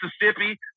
Mississippi